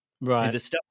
Right